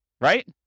Right